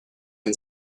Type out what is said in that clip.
and